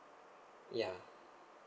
yeah